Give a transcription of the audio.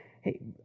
hey